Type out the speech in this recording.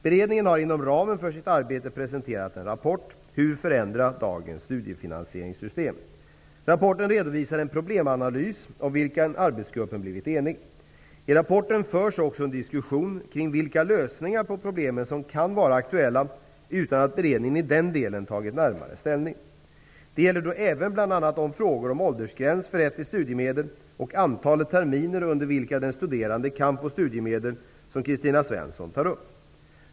Beredningen har inom ramen för sitt arbete presenterat en rapport Hur förändra dagens studiefinansieringssystem. Rapporten redovisar en problemanalys om vilken arbetsgruppen blivit enig. I rapporten förs också en diskussion kring vilka lösningar på problemen som kan vara aktuella, utan att beredningen i den delen tagit närmare ställning. Det gäller då även bl.a. de frågor om åldersgräns för rätt till studiemedel och antalet terminer under vilka den studerande kan få studiemedel, vilka Kristina Svensson tar upp.